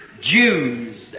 Jews